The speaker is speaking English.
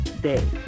day